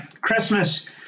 Christmas